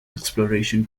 exploration